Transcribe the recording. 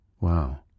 Wow